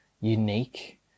unique